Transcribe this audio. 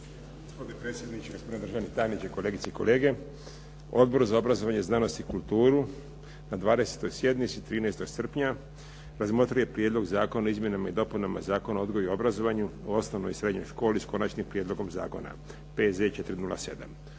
Gospodine predsjedniče, gospodine državni tajniče. Kolegice i kolege. Odbor za obrazovanje, znanost i kulturu na 20. sjednici 13. srpnja razmotrio je Prijedlog zakona o izmjenama i dopunama Zakona o odgoju i obrazovanju u osnovnoj i srednjoj školi, s konačnim prijedlogom zakona, P.Z.